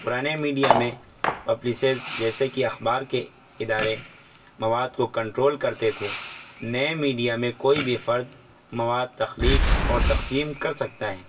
پرانے میڈیا میں پبلیشز جیسے کہ اخبار کے ادارے مواد کو کنٹرول کرتے تھے نئے میڈیا میں کوئی بھی فرد مواد تخلیق اور تقسیم کر سکتا ہے